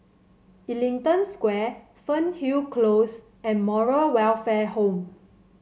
Ellington Square Fernhill Close and Moral Welfare Home